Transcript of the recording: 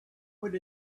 would